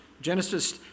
Genesis